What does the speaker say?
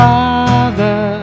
Father